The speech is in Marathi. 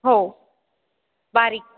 हो बारीक